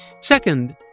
Second